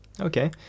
Okay